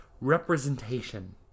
representation